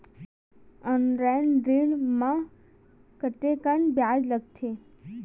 Online ऋण म कतेकन ब्याज लगथे?